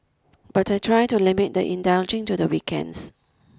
but I try to limit the indulging to the weekends